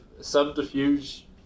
subterfuge